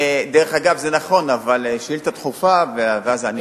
דרך אגב, זה נכון, אבל השאילתא דחופה אז עניתי.